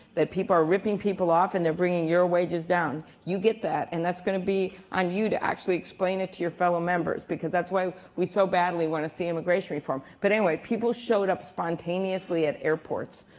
that people are ripping people off, and they're bringing your wages down. you get that and that's gonna be on you to actually explain it to your fellow members. because that's why we so badly want to see immigration reform. but anyway, people showed up spontaneously at airports.